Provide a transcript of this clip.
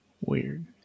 Weird